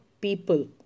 people